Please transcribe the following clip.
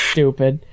Stupid